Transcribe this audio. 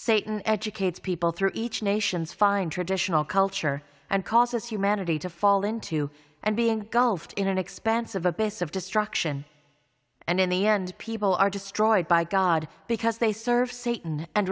satan educates people through each nation's fine traditional culture and causes humanity to fall into and being gulf in an expanse of a base of destruction and in the end people are destroyed by god because they serve satan and